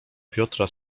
piotra